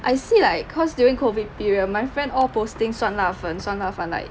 I see like cause during COVID period my friend all posting 酸辣粉酸辣粉 like